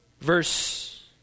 Verse